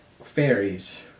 fairies